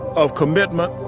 of commitment,